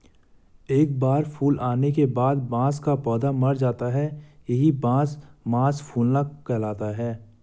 एक बार फूल आने के बाद बांस का पौधा मर जाता है यही बांस मांस फूलना कहलाता है